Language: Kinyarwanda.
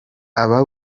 aba